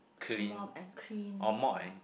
mop and clean ah